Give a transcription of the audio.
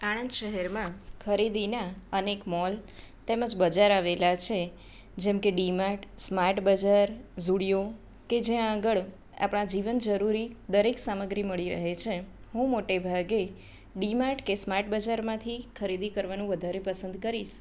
આણંદ શહેરમાં ખરીદીના અનેક મોલ તેમજ બજાર આવેલાં છે જેમકે ડિમાર્ટ સ્માર્ટ બજાર ઝૂડીયો કે જ્યાં આગળ આપણાં જીવન જરૂરી દરેક સામગ્રી મળી રહે છે હું મોટે ભાગે ડિમાર્ટ કે સ્માર્ટ બજારમાંથી ખરીદી કરવાનું વધારે પસંદ કરીશ